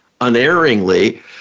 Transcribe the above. unerringly